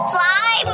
Fly